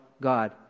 God